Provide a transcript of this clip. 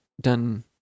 done